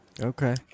okay